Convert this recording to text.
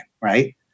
right